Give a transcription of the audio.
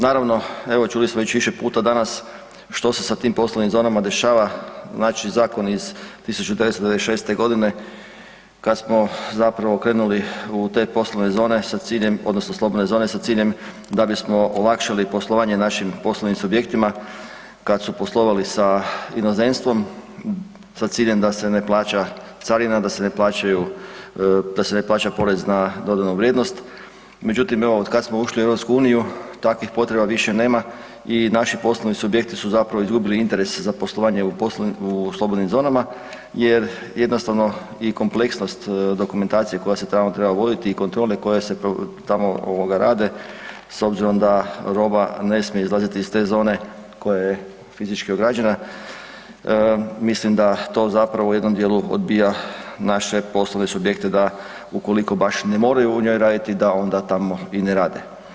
Naravno, evo, čuli smo već više puta danas što se sa tim poslovnim zonama dešava, znači zakon iz 1996. g. kad smo zapravo krenuli u te poslovne zone sa ciljem, odnosno slobodne zone, sa ciljem da bismo olakšali poslovanje našim poslovnim subjektima, kad su poslovali sa inozemstvom, sa ciljem da se ne plaća carina, da se ne plaća PDV, međutim evo otkad smo ušli u EU, takvih potreba više nema i naši poslovni subjekti su zapravo izgubili interes za poslovanjem u slobodnim zonama jer jednostavno i kompleksnost dokumentacije koje se tamo treba voditi i kontrole koje se tamo rade, s obzirom da roba ne smije izlaziti iz te zone koja je fizički ograđena, mislim da to zapravo u jednom djelu odbija naše poslovne subjekte da ukoliko baš ne moraju u njoj raditi, da onda tamo i ne rade.